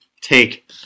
Take